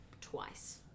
twice